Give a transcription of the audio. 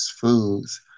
foods